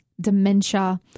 dementia